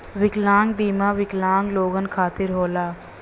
विकलांग बीमा विकलांग लोगन खतिर होला